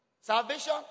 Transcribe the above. Salvation